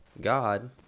god